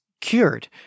cured